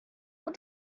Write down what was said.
what